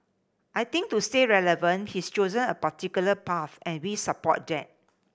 I think to stay relevant he's chosen a particular path and we support that